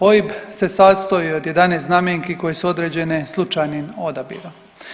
OIB se sastoji od 11 znamenki koje su određene slučajnim odabirom.